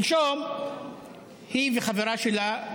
שלשום היא וחברה שלה,